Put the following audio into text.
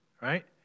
right